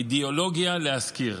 אידיאולוגיה להשכיר: